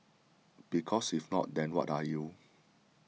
because if not then what are you